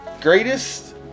greatest